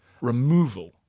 removal